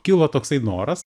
kilo toksai noras